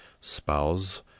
Spouse